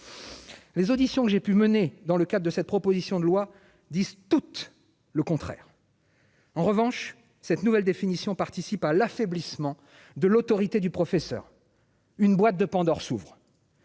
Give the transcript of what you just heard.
Les auditions que j'ai pu mener dans le cas de cette proposition de loi disent tout et le contraire. En revanche, cette nouvelle définition participe à l'affaiblissement de l'autorité du professeur. Une boîte de Pandore s'ouvrent.